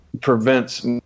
prevents